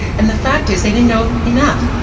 and the fact is they didn't know enough.